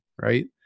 right